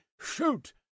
shoot